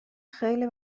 خیلی